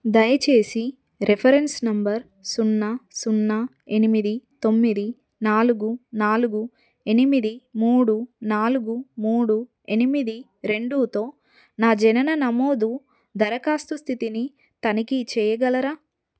దయచేసి reference number సున్నా సున్నా ఎనిమిది తొమ్మిది నాలుగు నాలుగు ఎనిమిది మూడు నాలుగు మూడు ఎనిమిది రెండుతో నా జనన నమోదు దరఖాస్తు స్థితిని తనిఖీ చెయ్యగలరా